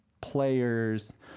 players